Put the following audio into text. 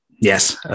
Yes